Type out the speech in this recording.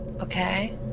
Okay